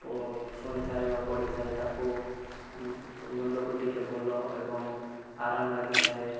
ପ ଶୁଣିଥାଏ ବା ପଢ଼ିଥାଏ ତାକୁ ମୁଣ୍ଡକୁ ଟିକିଏ ଭଲ ଏବଂ ଆରାମ ଲାଗିଥାଏ